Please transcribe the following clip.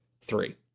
three